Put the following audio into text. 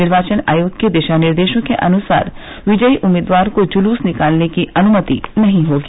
निर्वाचन आयोग के दिशा निर्देशों के अनुसार विजयी उम्मीदवार को जुलूस निकालने की अनुमति नहीं होगी